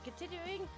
continuing